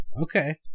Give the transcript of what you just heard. Okay